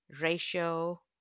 ratio